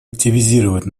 активизировать